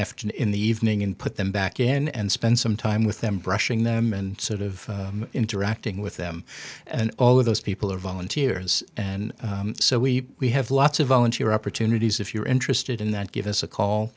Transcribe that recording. f in the evening and put them back in and spend some time with them brushing them and sort of interacting with them and all of those people are volunteers and so we have lots of volunteer opportunities if you're interested in that give us a call